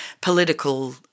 political